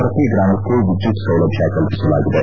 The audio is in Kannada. ಪ್ರತಿ ಗ್ರಾಮಕ್ಕೂ ವಿದ್ಯುತ್ ಸೌಲಭ್ಯ ಕಲ್ಪಿಸಲಾಗಿದೆ